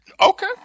Okay